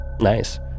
Nice